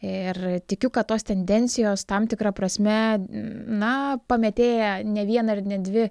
ir tikiu kad tos tendencijos tam tikra prasme na pamėtėja ne vieną ir ne dvi